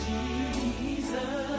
Jesus